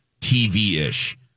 TV-ish